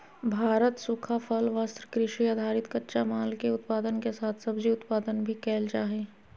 भारत सूखा फल, वस्त्र, कृषि आधारित कच्चा माल, के उत्पादन के साथ सब्जी उत्पादन भी कैल जा हई